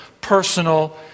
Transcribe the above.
personal